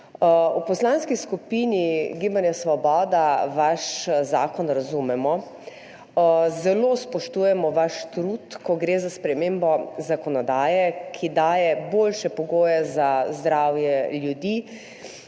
V Poslanski skupini Svoboda vaš zakon razumemo. Zelo spoštujemo vaš trud, ko gre za spremembo zakonodaje, ki daje boljše pogoje za zdravje ljudi